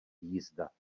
jízda